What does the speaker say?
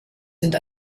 sind